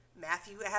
Matthew